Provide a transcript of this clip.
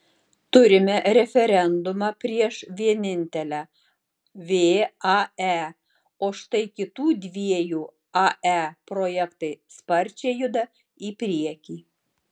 turime referendumą prieš vienintelę vae o štai kitų dviejų ae projektai sparčiai juda į priekį